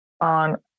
On